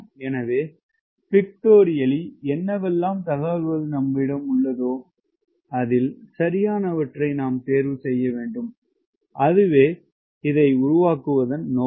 எனவே பீக்டோரியல்லி என்னவெல்லாம் தகவல்கள் நம்மிடம் உள்ளதோ அதில் சரியானவற்றை நாம் தேர்வு செய்ய வேண்டும் அதுவே இதை உருவாக்குவதன் நோக்கம்